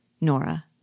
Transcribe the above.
Nora